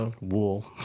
Wool